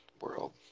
world